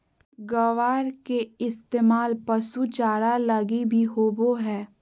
ग्वार के इस्तेमाल पशु चारा लगी भी होवो हय